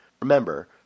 Remember